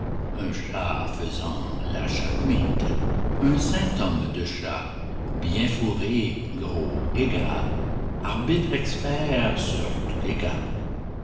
un chat faisant la chattemite un saint homme de chat bien fourré gros et gras arbitre expert sur tous les cas